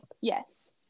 Yes